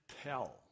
tell